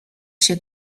się